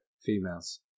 females